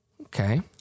Okay